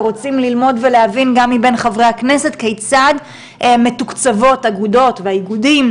ורוצים ללמוד ולהבין גם מבין חברי הכנסת כיצד מתוקצבות אגודות ואיגודים,